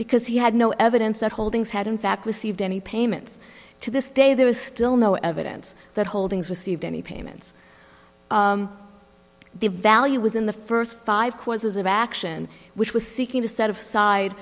because he had no evidence that holdings had in fact received any payments to this day there was still no evidence that holdings received any payments the value was in the first five courses of action which was seeking to set of side